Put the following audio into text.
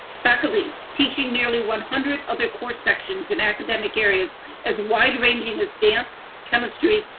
faculty teaching nearly one hundred other core sections and academic areas as wide ranging as dance, chemistry,